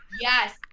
Yes